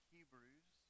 Hebrews